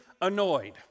annoyed